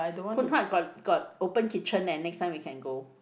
Phoon Huat got got open kitchen eh next time we can go